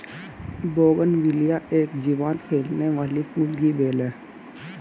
bougainvillea एक जीवंत खिलने वाली फूल की बेल है